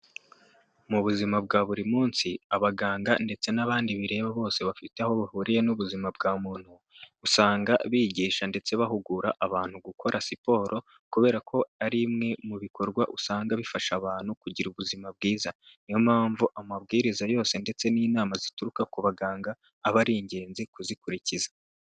Mu buzima bwa buri munsi abaganga ndetse n'abandi bireba bose bafite aho bahuriye n'ubuzima bwa muntu, usanga bigisha ndetse bahugura abantu gukora siporo kubera ko ari imwe mu bikorwa usanga bifasha abantu kugira ubuzima bwiza, niyo mpamvu amabwiriza yose ndetse n'inama zituruka ku baganga aba ari ingenzi kuzikurikiza.